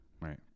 Right